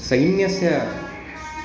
सैन्यस्य